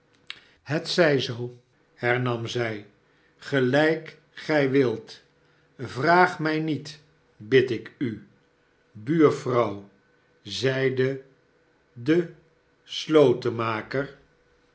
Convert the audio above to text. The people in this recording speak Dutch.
het zij zoo hernam zij gelijk gij wilt vraag mij niet bid ik u buurvrouw zeide de